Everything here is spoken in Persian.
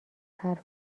حرف